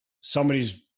somebody's